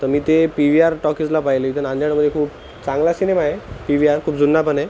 तर मी ते पी वी आर टॉकीजला पाहिले इथं नांदेडमध्ये खूप चांगला सिनेमा आहे पी वी आर खूप जुना पण आहे